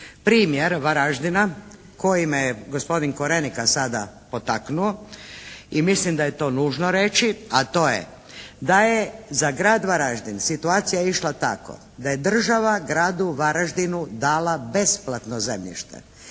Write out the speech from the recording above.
primjer Varaždina koji me je gospodin Korenika sada potaknuo i mislim da je to nužno reći, a to je da je za Grad Varaždin situacija išla tako da je država Gradu Varaždinu dala besplatno zemljište.